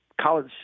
College